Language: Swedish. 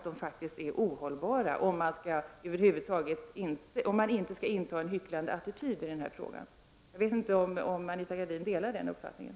De är ohållbara, om man inte skall inta en hycklande attityd i denna fråga. Jag vet inte om Anita Gradin delar den uppfattningen.